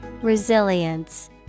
Resilience